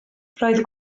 roedd